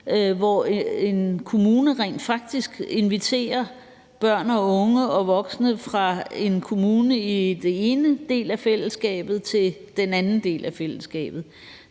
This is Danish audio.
hvor en kommune rent faktisk inviterer børn og unge og voksne fra en kommune i den ene del af fællesskabet til den anden del af fællesskabet.